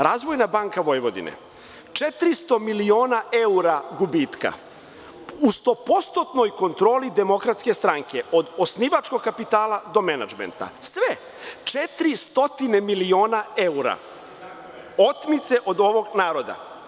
Razvojna banka Vojvodine – 400 miliona evra gubitka, u stopostotnoj kontroli DS, od osnivačkog kapitala do menadžmenta, sve, 400 miliona evra otmice od ovog naroda.